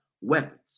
weapons